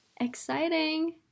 Exciting